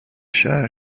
شهر